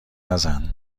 نزن